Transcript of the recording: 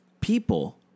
people